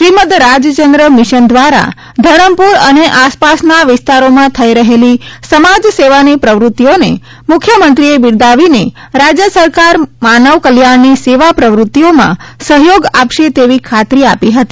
Shrimad Rajchandra mission દ્વારા ધરમપુર અને આસપાસના વિસ્તારોમાં થઈ રહેલી સમાજ સેવાની પ્રવૃત્તિઓને મુખ્યમંત્રીએ બિરદાવીને રાજ્ય સરકાર માનવ કલ્યાણની સેવા પ્રવ્રત્તિઓમાં સહયોગ આપશે તેવી ખાતરી આપી હતી